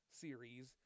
series